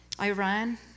Iran